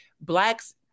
blacks